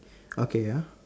okay ah